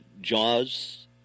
jaws